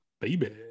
Baby